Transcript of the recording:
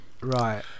Right